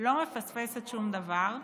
לא מפספסת שום דבר.